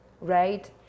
right